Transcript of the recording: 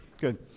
good